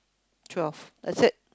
twelve that's it